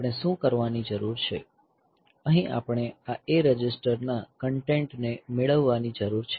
આપણે શું કરવાની જરૂર છે અહીં આપણે આ A રજિસ્ટર ના કન્ટેન્ટને મેળવવાની જરૂર છે